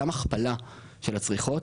גם הכפלה של הצריכות,